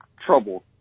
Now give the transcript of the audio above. trouble